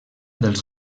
dels